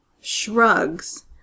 shrugs